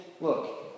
look